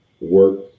work